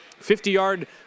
50-yard